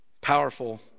powerful